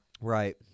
right